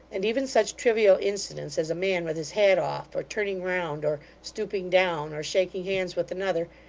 and even such trivial incidents as a man with his hat off, or turning round, or stooping down, or shaking hands with another,